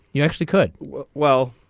you actually could well well.